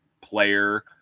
player